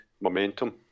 momentum